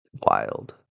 wild